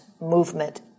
movement